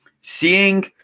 seeing